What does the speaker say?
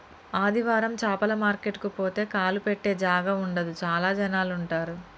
ఆదివారం చాపల మార్కెట్ కు పోతే కాలు పెట్టె జాగా ఉండదు చాల జనాలు ఉంటరు